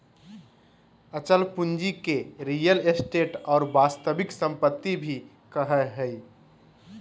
अचल पूंजी के रीयल एस्टेट और वास्तविक सम्पत्ति भी कहइ हइ